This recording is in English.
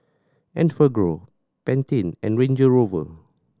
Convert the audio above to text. Enfagrow Pantene and Range Rover